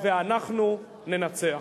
ואנחנו ננצח.